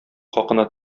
хакына